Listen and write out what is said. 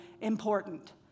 important